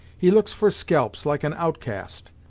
he looks for scalps, like an outcast.